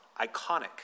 iconic